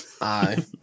Aye